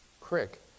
Crick